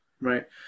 Right